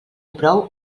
prou